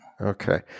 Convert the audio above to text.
Okay